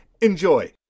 enjoy